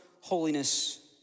holiness